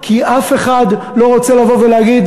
כי אף אחד לא רוצה לבוא ולהגיד: